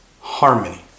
harmony